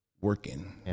working